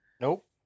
Nope